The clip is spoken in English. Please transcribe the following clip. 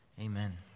Amen